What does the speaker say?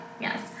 Yes